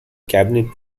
cabinet